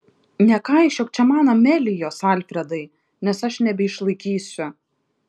nekaišiok čia man amelijos alfredai nes aš nebeišlaikysiu